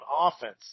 offense